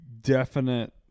definite